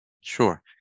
Sure